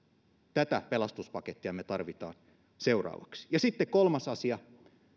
tätä pelastuspakettia me tarvitsemme seuraavaksi sitten kolmas asia